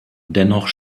dennoch